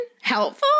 Helpful